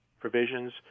provisions